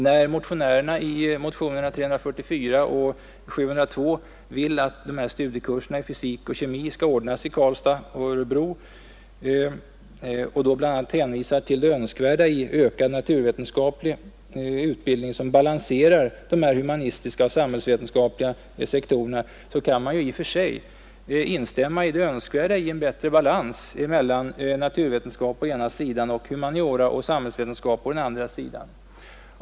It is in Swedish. När motionärerna i motionerna 344 och 702 vill att studiekurser i fysik och kemi skall ordnas i Karlstad och Växjö och då bl.a. hänvisar till det önskvärda i ökad naturvetenskaplig utbildning som balanserar de humanistiska och samhällsvetenskapliga sektorerna, kan man i och för sig instämma i det önskvärda i en bättre balans mellan naturvetenskap å ena sidan och humaniora och samhällsvetenskap å den andra sidan.